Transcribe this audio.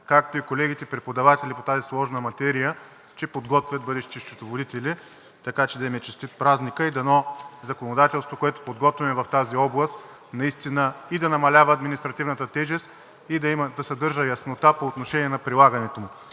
както и колегите преподаватели по тази сложна материя, че подготвят бъдещи счетоводители. Така че да им е честит празникът! Дано законодателството, което подготвяме в тази област, наистина и да намалява административната тежест, и да съдържа яснота по отношение на прилагането му.